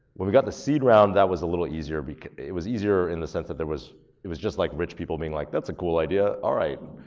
when we got the seed round, that was a little easier. but it was easier in the sense that there was it was just like rich people being like that's a cool idea, alright.